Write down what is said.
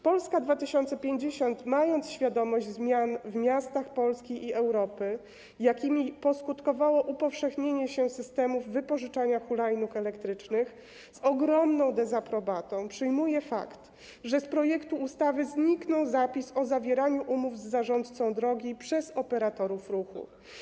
Polska 2050, mając świadomość zmian w miastach Polski i Europy, jakimi poskutkowało upowszechnienie się systemów wypożyczania hulajnóg elektrycznych, z ogromną dezaprobatą przyjmuje fakt, że z projektu ustawy zniknął zapis o zawieraniu umów z zarządcą drogi przez operatorów ruchu.